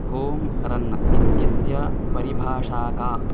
home रन् इत्यस्य परिभाषा का